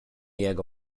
jego